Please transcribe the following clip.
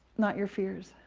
not your fears.